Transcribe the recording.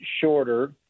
shorter